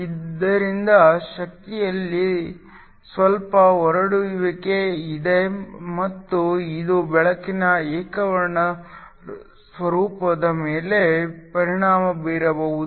ಆದ್ದರಿಂದ ಶಕ್ತಿಯಲ್ಲಿ ಸ್ವಲ್ಪ ಹರಡುವಿಕೆ ಇದೆ ಮತ್ತು ಇದು ಬೆಳಕಿನ ಏಕವರ್ಣದ ಸ್ವರೂಪದ ಮೇಲೆ ಪರಿಣಾಮ ಬೀರಬಹುದು